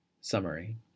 Summary